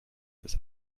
des